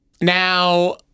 Now